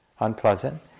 unpleasant